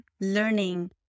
learning